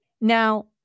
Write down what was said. Now